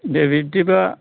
दे बिब्दिबा